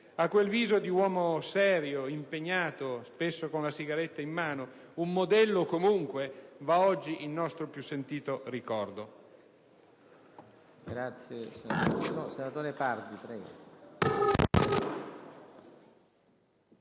A quel viso di uomo serio, impegnato, spesso con la sigaretta in mano, un modello comunque, va oggi il nostro più sentito ricordo.